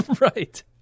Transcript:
Right